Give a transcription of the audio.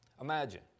Imagine